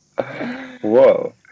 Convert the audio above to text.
Whoa